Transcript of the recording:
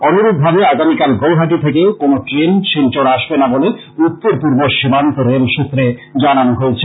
অনুরূপভাবে আগামীকাল গৌহাটী থেকেও কোন ট্রেন শিলচর আসবে না বলে উত্তর পূর্ব সীমান্ত রেল সুত্রে জানানো হয়েছে